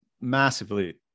massively